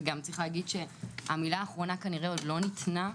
וגם צריך להגיד שהמילה האחרונה כנראה עוד לא נאמרה.